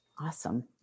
Awesome